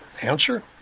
Answer